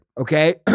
okay